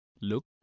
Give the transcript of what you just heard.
Look